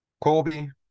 colby